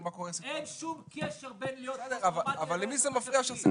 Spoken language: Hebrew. אין שום קשר בין להיות פוסט טראומטי לבין לעשות מעשה פלילי.